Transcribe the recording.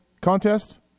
contest